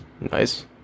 Nice